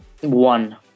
one